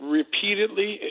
repeatedly